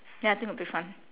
ya I think it would be fun